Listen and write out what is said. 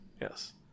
Yes